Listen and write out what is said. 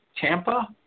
Tampa